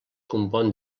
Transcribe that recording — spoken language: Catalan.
compon